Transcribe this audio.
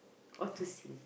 or to sing